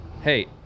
hey